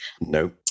no